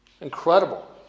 Incredible